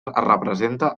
representa